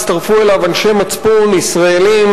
הצטרפו אליו אנשי מצפון ישראלים,